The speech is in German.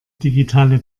digitale